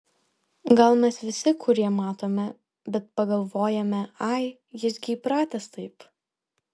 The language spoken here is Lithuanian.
gal mes visi kurie matome bet pagalvojame ai jis gi įpratęs taip